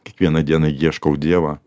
kiekvieną dieną ieškau dievą